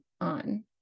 on